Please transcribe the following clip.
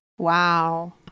Wow